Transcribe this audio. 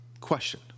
Question